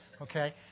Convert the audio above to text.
okay